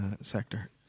sector